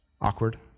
Awkward